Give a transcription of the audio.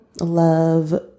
love